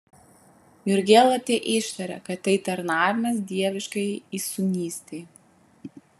jurgėla teištarė kad tai tarnavimas dieviškajai įsūnystei